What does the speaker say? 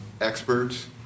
experts